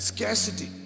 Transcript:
Scarcity